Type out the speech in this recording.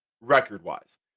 record-wise